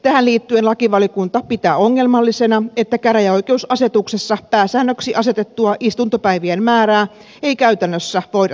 tähän liittyen lakivaliokunta pitää ongelmallisena että käräjäoikeusasetuksessa pääsäännöksi asetettua istuntopäivien määrää ei käytännössä voida saavuttaa